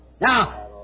Now